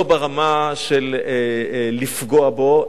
לא ברמה של לפגוע בה,